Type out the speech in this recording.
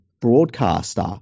broadcaster